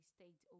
State